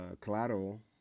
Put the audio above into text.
Collateral